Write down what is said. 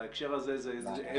בהקשר הזה נגיד